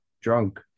drunk